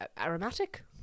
aromatic